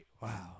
wow